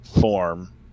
form